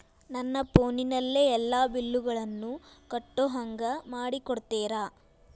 ನನ್ನ ಫೋನಿನಲ್ಲೇ ಎಲ್ಲಾ ಬಿಲ್ಲುಗಳನ್ನೂ ಕಟ್ಟೋ ಹಂಗ ಮಾಡಿಕೊಡ್ತೇರಾ?